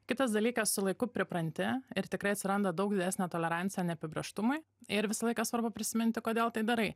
kitas dalykas su laiku pripranti ir tikrai atsiranda daug didesnė tolerancija neapibrėžtumui ir visą laiką svarbu prisiminti kodėl tai darai